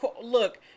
look